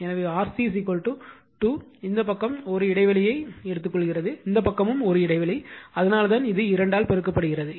எனவே R C 2 இந்த பக்க 1 இடைவெளியை ஏன் எடுத்துக்கொள்கிறது இந்த பக்கமும் 1 இடைவெளி அதனால்தான் இது 2 பெருக்கப்படுகிறது